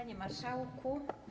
Panie Marszałku!